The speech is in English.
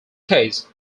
case